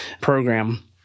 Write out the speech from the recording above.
program